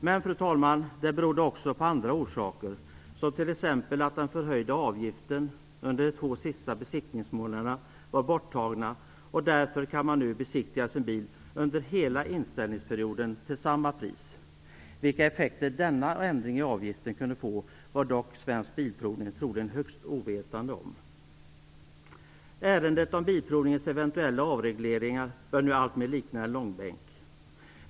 Men, fru talman, det berodde också på andra orsaker, som t.ex. att den förhöjda avgiften under de två sista besiktningsmånaderna var borttagen och att man därför kunde besiktiga sin bil till samma pris under hela inställelseperioden. Vilka effekter denna ändring i avgiften kunde få var Svensk Bilprovning dock troligen högst ovetande om. Ärendet om bilprovningens eventuella avregleringar börjar nu alltmer likna en långbänk.